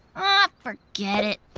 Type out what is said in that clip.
ah forget it.